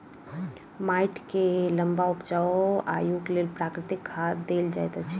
माइट के लम्बा उपजाऊ आयुक लेल प्राकृतिक खाद देल जाइत अछि